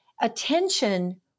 attention